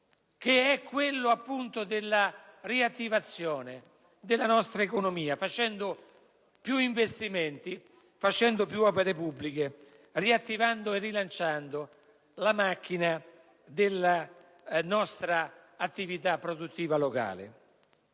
quello della riattivazione della nostra economia, operando più investimenti, realizzando più opere pubbliche, riattivando e rilanciando la macchina della nostra attività produttiva locale.